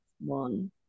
One